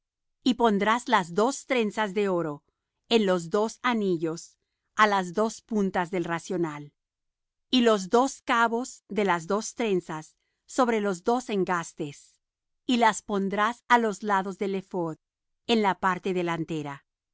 y pondrás las dos trenzas de oro en los dos anillos á las dos puntas del racional y los dos cabos de las dos trenzas sobre los dos engastes y las pondrás á los lados del ephod en la parte delantera